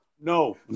No